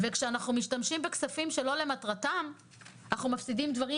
כשאנחנו משתמשים בכספים שלא למטרתם אנחנו מפסידים דברים